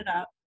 up